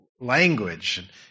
language